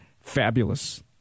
Fabulous